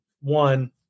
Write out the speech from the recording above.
One